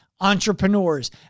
entrepreneurs